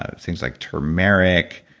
ah things like turmeric,